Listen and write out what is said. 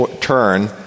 turn